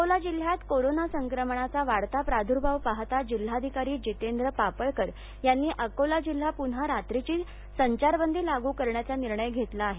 अकोला जिल्हयात कोरोना संक्रमणाचा वाढता प्रार्द्भाव पाहता जिल्हाधिकारी जितेंद्र पापळकर यांनी अकोला जिल्हा पुन्हा रात्रीची संचारबंदी लागू करण्याचा निर्णय घेतला आहे